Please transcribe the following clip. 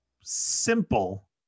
simple